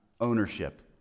ownership